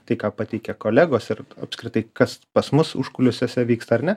tai ką pateikia kolegos ir apskritai kas pas mus užkulisiuose vyksta ar ne